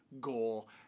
goal